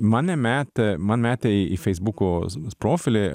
mane metė man metė į feisbuko profilį